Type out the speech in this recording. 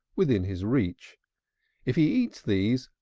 within his reach if he eats these,